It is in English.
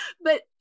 but-